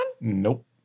Nope